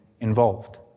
involved